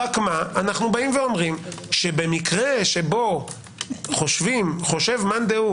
רק שאנו אומרים שבמקרה שבו חושב מאן דהוא